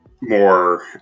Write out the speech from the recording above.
more